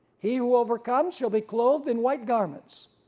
he who overcomes shall be clothed in white garments,